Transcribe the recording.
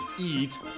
eat